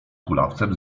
kulawcem